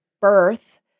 birth